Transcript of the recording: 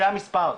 זה המספר.